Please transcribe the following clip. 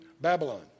Babylon